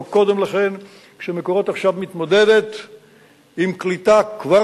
נאמר פה קודם לכן ש"מקורות" עכשיו מתמודדת עם קליטה כבר